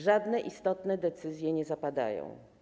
Żadne istotne decyzje nie zapadają.